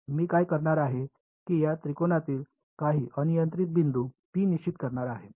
मी काय करणार आहे मी या त्रिकोणातील काही अनियंत्रित बिंदू p निश्चित करणार आहे